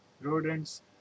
Rodents